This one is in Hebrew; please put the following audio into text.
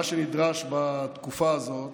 מה שנדרש בתקופה הזו,